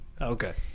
Okay